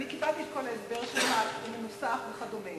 קיבלתי את כל ההסבר שלך מנוסח וכו',